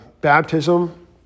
baptism